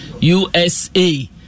USA